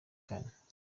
kane